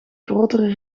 grotere